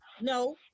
no